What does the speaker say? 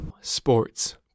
Sports